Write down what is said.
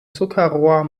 zuckerrohr